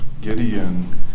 Gideon